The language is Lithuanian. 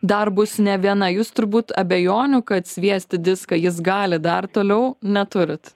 dar bus ne viena jūs turbūt abejonių kad sviesti diską jis gali dar toliau neturit